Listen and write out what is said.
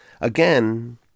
Again